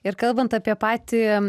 ir kalbant apie patį